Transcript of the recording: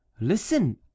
listen